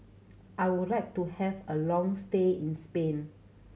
I would like to have a long stay in Spain